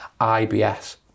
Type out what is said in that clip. IBS